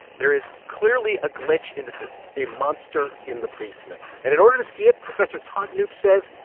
there is clearly a glitch in the system a monster in the basement. and in order to see it, professor todd knoop says,